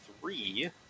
three